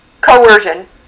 coercion